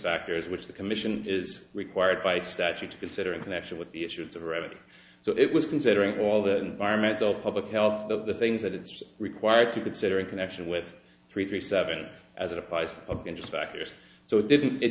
factors which the commission is required by statute to consider in connection with the issue of the revenue so it was considering all the environmental public health of the things that it's required to consider in connection with three three seven as it applies of inspectors so it didn't it